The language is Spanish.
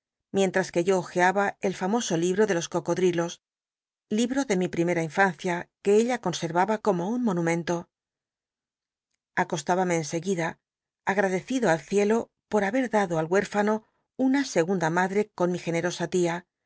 mientras que yo hojeaba el famoso libro de los cocod rilos libro de mi pl'imera in rancia que ella consenaba como nn monumento aco t í bame en seguida agtadccicndo al ciclo por haber dado al huérfano una segunda mad re con mi generosa tia